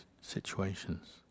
situations